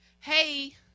hey